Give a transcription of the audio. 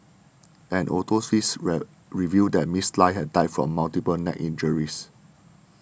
an autopsy revealed that Miss Lie had died from multiple neck injuries